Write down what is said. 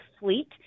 fleet